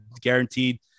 guaranteed